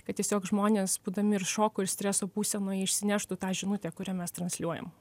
kad tiesiog žmonės būdami ir šoko ir streso būsenoje išsineštų tą žinutę kurią mes transliuojam